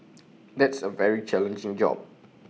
that's A very challenging job